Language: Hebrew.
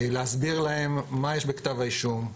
להסביר להם מה יש בכתב האישום,